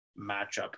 matchup